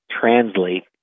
translate